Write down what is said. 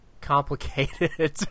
complicated